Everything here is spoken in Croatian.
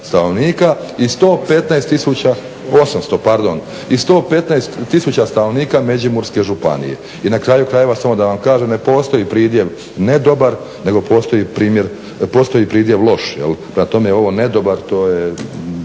i 115 tisuća stanovnika Međimurske županije. I na kraju krajeva samo da vam kažem ne postoji pridjev ne dobar nego postoji pridjev loš jel'. Prema tome ovo ne dobar to je